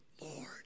Lord